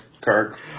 Kirk